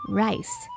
rice